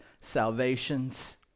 salvations